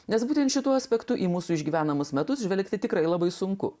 nes būtent šituo aspektu į mūsų išgyvenamus metus žvelgti tikrai labai sunku